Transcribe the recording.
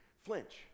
flinch